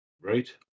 Right